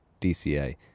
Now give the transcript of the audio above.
dca